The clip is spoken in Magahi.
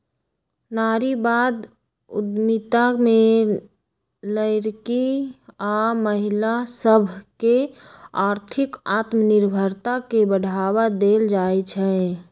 नारीवाद उद्यमिता में लइरकि आऽ महिला सभके आर्थिक आत्मनिर्भरता के बढ़वा देल जाइ छइ